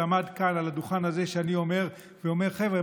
ועמד כאן על הדוכן הזה שאני עומד עליו ואמר: חבר'ה,